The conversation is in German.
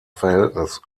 verhältnis